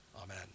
Amen